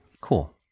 Cool